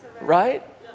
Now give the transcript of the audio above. right